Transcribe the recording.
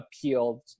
appealed